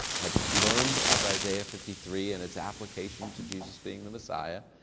had learned of isaiah fifty three and its application to jesus being the messiah.